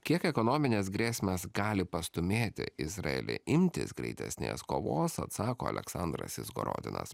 kiek ekonominės grėsmės gali pastūmėti izraelį imtis greitesnės kovos atsako aleksandras izgorodinas